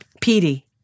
Petey